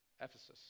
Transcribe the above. Ephesus